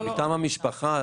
מטעם המשפחה.